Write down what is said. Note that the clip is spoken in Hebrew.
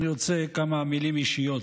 אני רוצה כמה מילים אישיות.